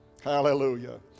Hallelujah